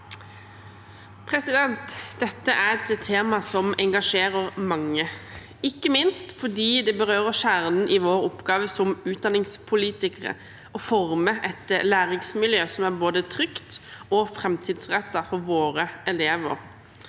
Dette er et tema som engasjerer mange, ikke minst fordi det berører kjernen i vår oppgave som utdanningspolitikere: å forme et læringsmiljø som er både trygt og framtidsrettet for våre elever.